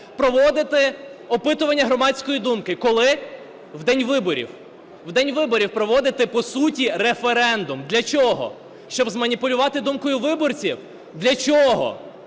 проводити опитування громадської думки – коли? В день виборів. В день виборів проводити, по суті, референдум. Для чого? Щоб зманіпулювати думкою виборців? Для чого?